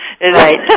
right